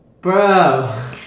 Bro